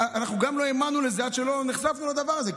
גם אנחנו לא האמנו לזה עד שלא נחשפנו לדבר הזה.